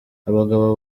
abagabo